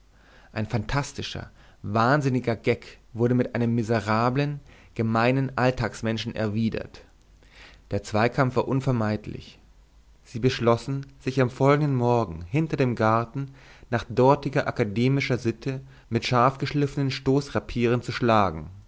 ein fantastischer wahnsinniger geck wurde mit einem miserablen gemeinen alltagsmenschen erwidert der zweikampf war unvermeidlich sie beschlossen sich am folgenden morgen hinter dem garten nach dortiger akademischer sitte mit scharfgeschliffenen stoßrapieren zu schlagen